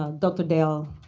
ah dr. dale,